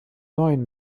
neuen